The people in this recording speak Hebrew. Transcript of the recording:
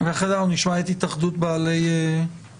ואחרי זה אנחנו נשמע את התאחדות בעלי המלאכה.